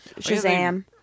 Shazam